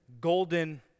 golden